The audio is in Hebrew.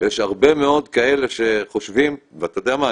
ויש הרבה מאוד כאלה שחושבים, ואתה יודע מה?